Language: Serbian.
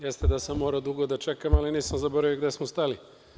Jeste da sam morao dugo da čekam, ali nisam zaboravio gde smo stali.